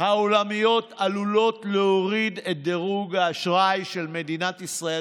העולמיות עלולות להוריד את דירוג האשראי של מדינת ישראל,